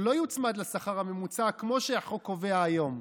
שלא יוצמד לשכר הממוצע כמו שהחוק קובע היום.